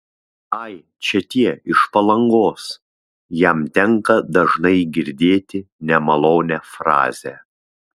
ai čia tie iš palangos jam tenka dažnai girdėti nemalonią frazę